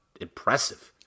Impressive